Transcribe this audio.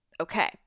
okay